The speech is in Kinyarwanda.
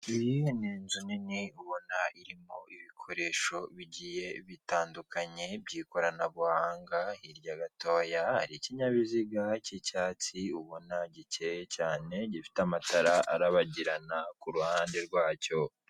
Iyi ni inzu nini ubona irimo ibikoresho bigiye bitandukanye by'ikoranabuhanga, hirya gatoya hari kinyabiziga cy'icyatsi ubona gikeya cyane gifite amatara arabagirana ku ruhande rwacyo.